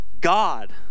God